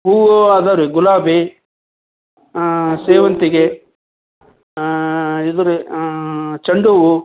ಹೂವು ಇದಾವ್ರಿ ಗುಲಾಬಿ ಸೇವಂತಿಗೆ ಇದು ರೀ ಚೆಂಡು ಹೂವು